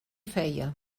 feia